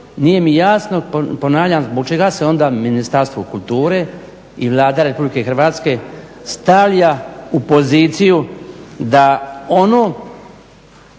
nije mi jasno ponavljam zbog čega se onda Ministarstvo kulture i Vlada RH stavlja u poziciju da ono